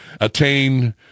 attain